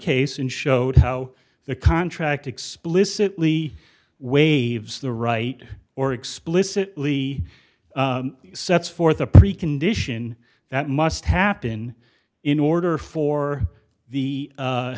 case and showed how the contract explicitly waives the right or explicitly sets forth a precondition that must happen in order for the